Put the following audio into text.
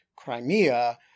Crimea